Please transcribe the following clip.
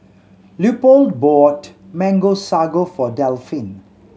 Leopold bought Mango Sago for Delphin